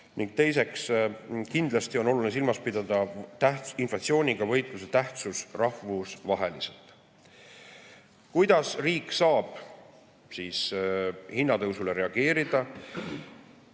Ning teiseks, kindlasti on oluline silmas pidada inflatsiooniga võitluse tähtsust rahvusvaheliselt. Kuidas riik saab hinnatõusule reageerida?